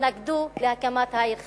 תתנגדו להקמת העיר חריש.